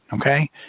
Okay